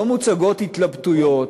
לא מוצגות התלבטויות.